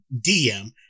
DM